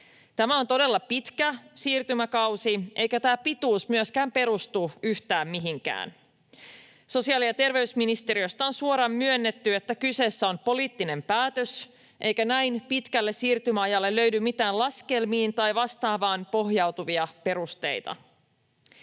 Tämä on todella pitkä siirtymäkausi, eikä tämä pituus myöskään perustu yhtään mihinkään. Sosiaali- ja terveysministeriöstä on suoraan myönnetty, että kyseessä on poliittinen päätös eikä näin pitkälle siirtymäajalle löydy mitään laskelmiin tai vastaavaan pohjautuvia perusteita.